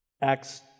Acts